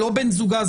לא בן זוגה,